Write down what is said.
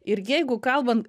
ir jeigu kalban